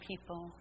people